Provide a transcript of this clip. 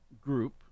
group